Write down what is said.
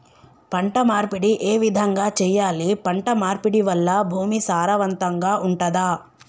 పంట మార్పిడి ఏ విధంగా చెయ్యాలి? పంట మార్పిడి వల్ల భూమి సారవంతంగా ఉంటదా?